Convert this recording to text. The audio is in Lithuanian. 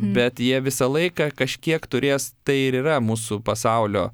bet jie visą laiką kažkiek turės tai ir yra mūsų pasaulio